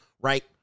right